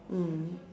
mm